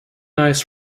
ice